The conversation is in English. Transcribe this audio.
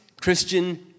Christian